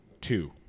two